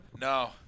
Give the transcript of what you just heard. No